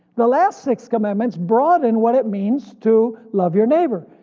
the last six commandments broughten what it means to love your neighbor,